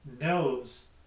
knows